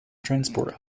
transport